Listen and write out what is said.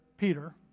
Peter